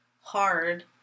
hard